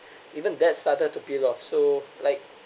even that started to peel off so like